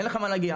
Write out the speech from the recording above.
אין לך מה להגיע.